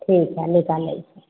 ठीक हइ निकालै छी